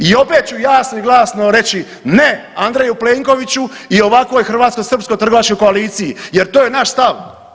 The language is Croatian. I opet ću jasno i glasno reći ne Andreju Plenkoviću i ovakvoj hrvatsko-srpskoj trgovačkoj koaliciji jer to je naš stav.